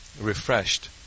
refreshed